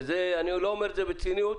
ואני לא אומר את זה בציניות.